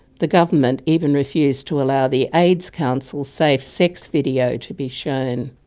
the government even refused to allow the aids council's safe sex video to be shown.